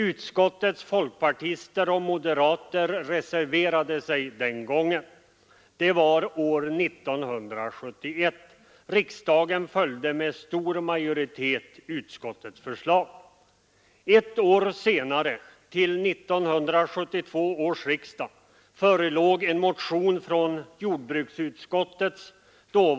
Utskottets folkpartister och moderater reserverade sig den gången. Det var år 1971. Riksdagen följde med stor majoritet utskottets förslag.